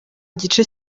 igice